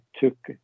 took